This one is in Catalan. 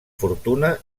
fortuna